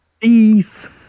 Peace